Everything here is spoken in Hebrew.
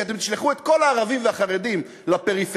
כי אתם תשלחו את כל הערבים והחרדים לפריפריה,